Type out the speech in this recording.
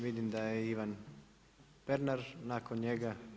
Vidim da je Ivan Pernar nakon njega.